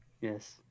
Yes